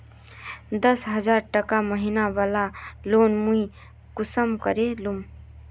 दस हजार टका महीना बला लोन मुई कुंसम करे लूम?